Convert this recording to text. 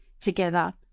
together